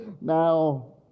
Now